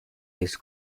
his